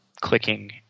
Clicking